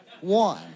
One